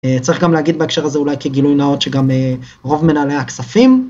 צריך גם להגיד בהקשר הזה אולי כי גילוי נאות שגם רוב מנהלי הכספים.